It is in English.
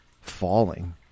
falling